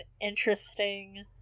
interesting